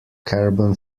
carbon